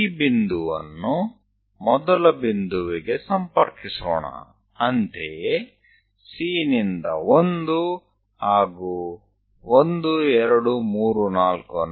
એ જ રીતે D થી આપણે વ્યવસ્થિત રીતે જવું પડશે